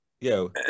Yo